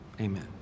Amen